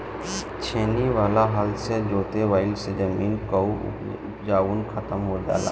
छेनी वाला हल से जोतवईले से जमीन कअ उपजाऊपन खतम हो जाला